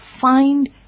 find